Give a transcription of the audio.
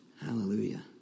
Hallelujah